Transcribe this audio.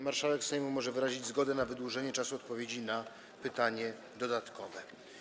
Marszałek Sejmu może wyrazić zgodę na wydłużenie czasu odpowiedzi na pytanie dodatkowe.